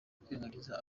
kwirengagiza